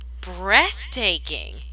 breathtaking